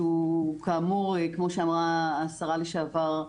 שהוא כאמור כמו שאמרה השרה לשעבר,